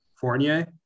Fournier